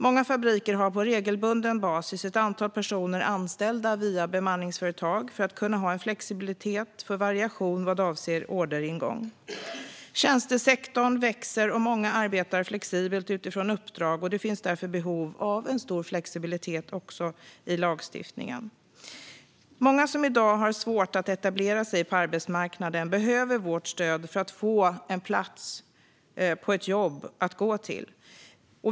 Många fabriker har på regelbunden basis ett antal personer anställda via bemanningsföretag för att kunna ha en flexibilitet för variation vad avser orderingång. Tjänstesektorn växer, och många arbetar flexibelt utifrån uppdrag. Det finns därför behov av stor flexibilitet även i lagstiftningen. Många som i dag har svårt att etablera sig på arbetsmarknaden behöver vårt stöd för att få en plats på ett jobb att gå till.